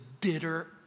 bitter